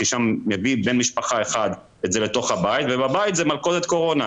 כי שם מביא בן משפחה אחד את זה לתוך הבית ובבית זה מלכודת קורונה.